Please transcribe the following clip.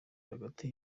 hagati